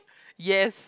yes